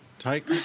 Take